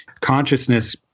consciousness